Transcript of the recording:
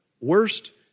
Worst